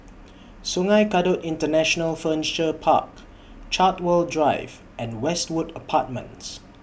Sungei Kadut International Furniture Park Chartwell Drive and Westwood Apartments